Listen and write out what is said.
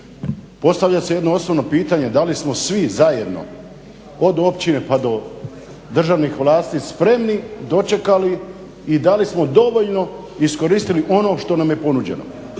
Postavlja se jedno osnovno pitanje da li smo svi zajedno od općine pa do državnih vlasti spremni dočekali i da li smo dovoljno iskoristili ono što nam je ponuđeno.